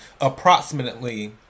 approximately